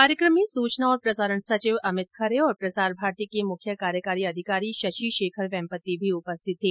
कार्यक्रम में सूचना और प्रसारण सचिव अमित खरे और प्रसार भारती के मुख्य कार्यकारी अधिकारी शशि शेखर वेम्पति भी उपस्थित थे